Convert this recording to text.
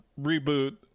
Reboot